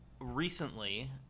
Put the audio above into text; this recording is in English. Recently